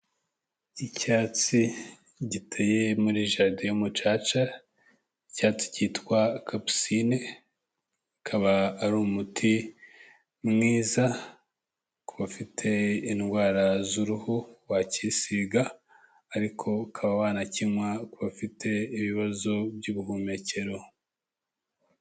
Icyatsi giteye muri jaride y'umucaca, icyatsi cyitwa kapusine, ukaba ari umuti mwiza ku bafite indwara z'uruhu wacyisiga, ariko ukaba wanakinywa ku bafite ibibazo by'ubuhumekero.